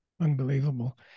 Unbelievable